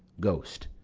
ghost.